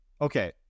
okay